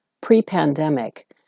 pre-pandemic